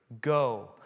Go